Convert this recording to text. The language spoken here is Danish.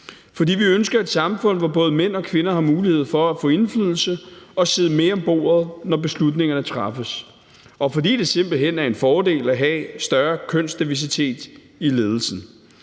For vi ønsker et samfund, hvor både mænd og kvinder har mulighed for at få indflydelse og sidde med om bordet, når beslutningerne træffes. Og fordi det simpelt hen er en fordel at have større kønsdiversitet i ledelsen.